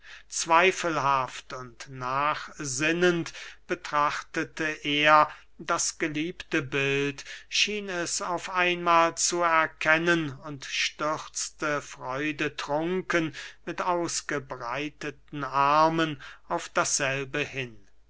zweifelhaft und nachsinnend betrachtete er das geliebte bild schien es auf einmahl zu erkennen und stürzte freudetrunken mit ausgebreiteten armen auf dasselbe hin